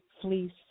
fleece